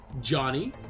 Johnny